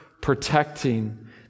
protecting